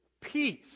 peace